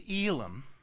Elam